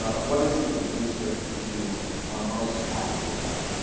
ah what is the piece that you are most happy about?